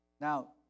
Now